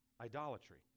idolatry